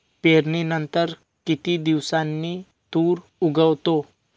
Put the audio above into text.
पेरणीनंतर किती दिवसांनी तूर उगवतो?